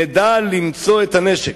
נדע למצוא את הנשק.